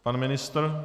Pan ministr?